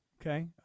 Okay